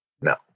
No